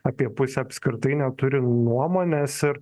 apie pusę apskritai neturi nuomonės ir